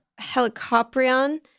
Helicoprion